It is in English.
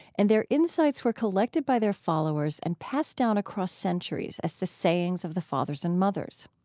and their insights were collected by their followers and passed down across centuries as the sayings of the fathers and mothers.